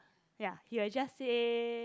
ya he will just say